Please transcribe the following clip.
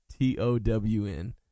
T-O-W-N